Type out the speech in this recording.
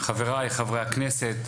חבריי חברי הכנסת,